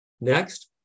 Next